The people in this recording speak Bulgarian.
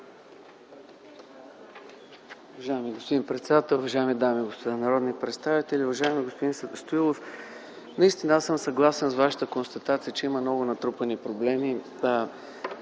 Уважаеми господин председател, уважаеми дами и господа народни представители, уважаеми господин Стоилов! Наистина, аз съм съгласен с Вашата констатация, че има много натрупани проблеми.